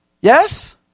Yes